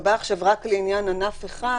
ייקבע עכשיו רק לעניין ענף אחד